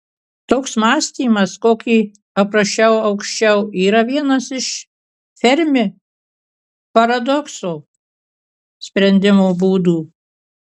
toks mąstymas kokį aprašiau aukščiau yra vienas iš fermi paradokso sprendimo būdų